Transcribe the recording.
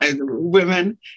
women